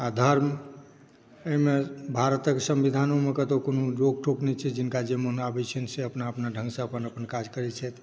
आ धर्म अहिमे भारतक संविधानोमे कतौ कोनो रोक टोक नहि छै जिनका जे मोनमे आबै छनि से अपना अपना ढंगसे अपन अपन काज करै छथि